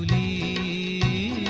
a